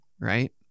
Right